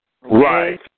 right